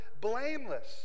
blameless